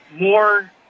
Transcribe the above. more